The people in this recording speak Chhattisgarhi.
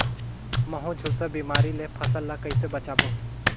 महू, झुलसा बिमारी ले फसल ल कइसे बचाबो?